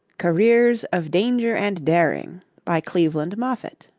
careers of danger and daring by cleveland moffett